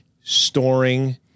storing